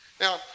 Now